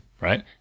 right